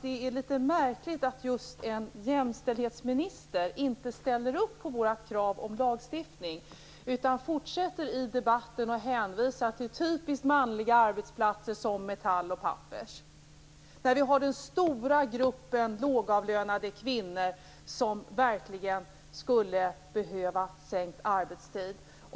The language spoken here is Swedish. Det är litet märkligt att just en jämställdhetsminister inte ställer upp på vårt krav om lagstiftning utan i debatten fortsätter att hänvisa till typiskt manliga arbetsplatser; det handlar om Metall och Pappers. Vi har ju den stora gruppen lågavlönade kvinnor, som verkligen skulle behöva en sänkt arbetstid.